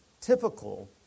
typical